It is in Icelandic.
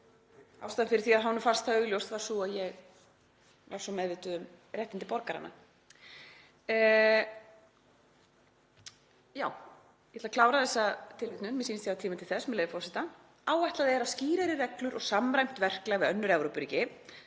Ástæðan fyrir því að honum fannst það augljóst var sú að ég var svo meðvituð um réttindi borgaranna. Ég ætla að klára þessa tilvitnun, mér sýnist ég hafa tíma til þess, með leyfi forseta: „Áætlað er að skýrari reglur og samræmt verklag við önnur Evrópuríki